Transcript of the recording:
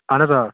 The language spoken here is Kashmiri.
اَہَن حظ آ